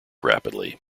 rapidly